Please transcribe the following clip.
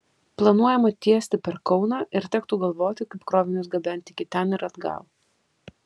planuojama tiesti per kauną ir tektų galvoti kaip krovinius gabenti iki ten ir atgal